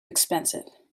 expensive